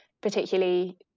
particularly